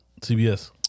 CBS